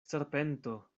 serpento